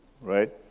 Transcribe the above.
right